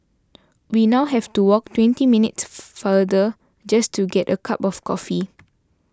we now have to walk twenty minutes farther just to get a cup of coffee